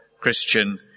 Christian